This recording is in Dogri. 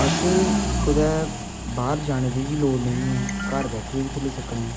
असेंगी कुतै बाह्र जाने दी बी लोड़ नेईं ऐ घर बैठियै बी खेली सकनें